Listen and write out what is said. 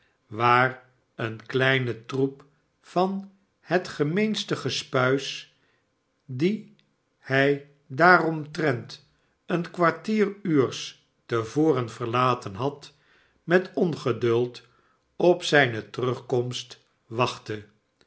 waar een kleine troep van het gemeenste gespuis dien hij daaromtrent een kwartierairs te voren verlaten had met ongeduld op zijne terugkomst wachtte